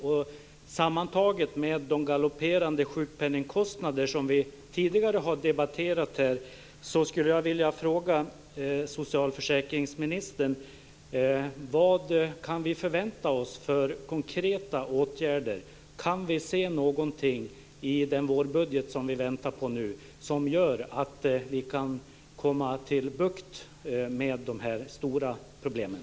Också mot bakgrund av de galopperande sjukpenningkostnader som vi tidigare har debatterat här skulle jag vilja fråga socialförsäkringsministern: Vilka konkreta åtgärder kan vi förvänta oss? Sker det någonting i den vårbudget som vi nu väntar på som gör att vi kan få bukt med de här stora problemen?